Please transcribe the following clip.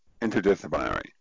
interdisciplinary